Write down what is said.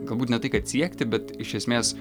galbūt ne tai kad siekti bet iš esmės